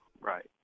right